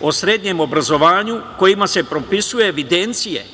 o srednjem obrazovanju kojima se propisuju evidencije